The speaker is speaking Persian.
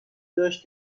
داشت